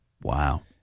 Wow